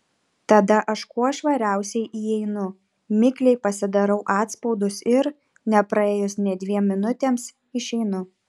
tada aš kuo švariausiai įeinu mikliai pasidarau atspaudus ir nepraėjus nė dviem minutėms išeinu